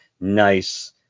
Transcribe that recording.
nice